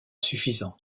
suffisant